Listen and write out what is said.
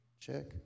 check